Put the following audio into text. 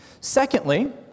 Secondly